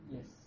Yes